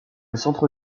centre